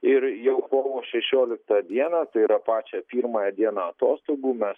ir jau kovo šešioliktą dieną tai yra pačią pirmąją dieną atostogų mes